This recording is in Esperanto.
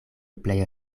plej